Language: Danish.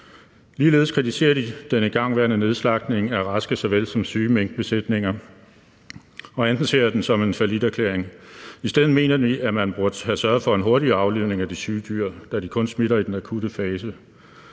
Ligeledes kritiserer de den igangværende nedslagtning af raske såvel som syge minkbesætninger og anser den som en falliterklæring. I stedet mener de, at man burde have sørget for en hurtigere aflivning af de syge dyr, da de kun smitter i den akutte fase.